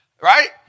Right